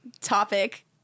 topic